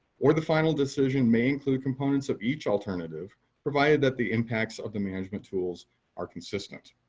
or the final decision may include components of each alternative provided that the impacts of the management tools are consistent.